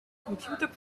computer